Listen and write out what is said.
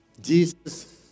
Jesus